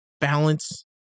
balance